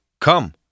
Come